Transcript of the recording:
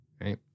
right